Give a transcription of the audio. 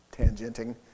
tangenting